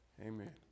amen